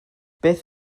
beth